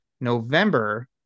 November